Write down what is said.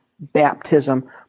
baptism